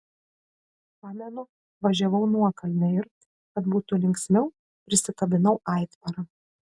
pamenu važiavau nuokalne ir kad būtų linksmiau prisikabinau aitvarą